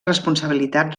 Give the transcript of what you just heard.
responsabilitat